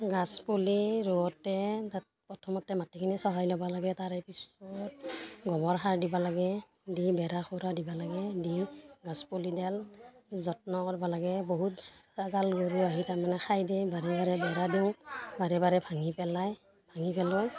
গাজপুলি ৰুওঁতে তাত প্ৰথমতে মাটিখিনি চহাই ল'ব লাগে তাৰে পিছত গোবৰ সাৰ দিবা লাগে দি বেৰা খোৰা দিব লাগে দি গাজপুলিডাল যত্ন কৰবা লাগে বহুত ছাগাল গৰু আহি তাৰমানে খাই দিয়ে বাৰে বাৰে বেৰা দিওঁ বাৰে বাৰে ভাঙি পেলাই ভাঙি পেলয়